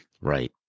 Right